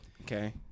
okay